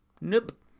nope